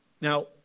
Now